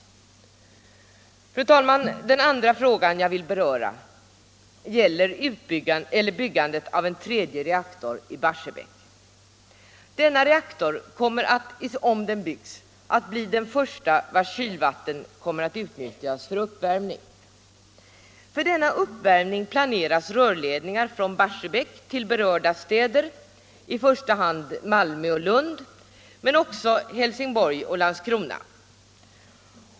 Herr talman! Den andra fråga jag vill beröra gäller byggandet av en tredje reaktor i Barsebäck. Denna reaktor kommer — om den byggs - att bli den första vars kylvatten kommer att utnyttjas för uppvärmning: För denna uppvärmning planeras rörledningar från Barsebäck till berörda städer, i första hand Malmö och Lund men också Helsingborg och Landskrona.